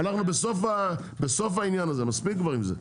אנחנו בסוף העניין הזה, מספיק כבר עם זה.